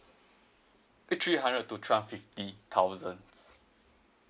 eh three hundred to twelve fifty thousands